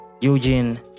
eugene